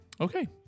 Okay